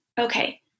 Okay